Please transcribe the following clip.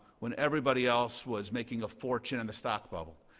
when everybody else was making a fortune in the stock bubble.